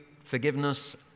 forgiveness